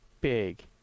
big